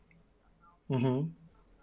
mmhmm